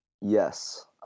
yes